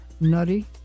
Nutty